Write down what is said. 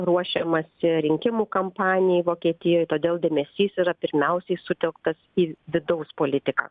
ruošiamasi rinkimų kampanijai vokietijoj todėl dėmesys yra pirmiausiai sutelktas į vidaus politiką